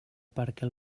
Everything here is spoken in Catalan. perquè